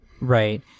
right